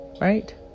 right